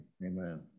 Amen